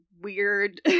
weird